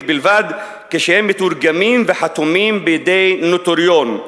בלבד כשהם מתורגמים וחתומים בידי נוטריון.